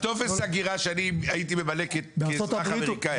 בטופס הגירה הייתי ממלא כאזרח אמריקאי.